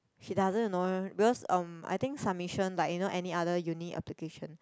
she doesn't you know because um I think submission like you know any other uni application